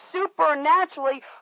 supernaturally